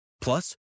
Plus